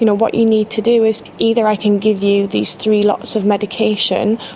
you know what you need to do is either i can give you these three lots of medication,